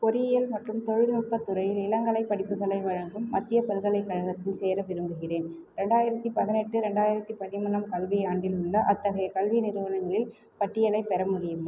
பொறியியல் மற்றும் தொழில்நுட்ப துறையில் இளங்கலை படிப்புகளை வழங்கும் மத்திய பல்கலைக்கழகத்தில் சேர விரும்புகிறேன் ரெண்டாயிரத்து பதினெட்டு ரெண்டாயிரத்து பதிமூணாம் கல்வியாண்டில் உள்ள அத்தகைய கல்வி நிறுவனங்களின் பட்டியலை பெற முடியுமா